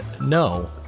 no